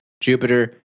Jupiter